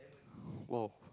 !whoa!